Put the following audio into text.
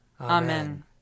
Amen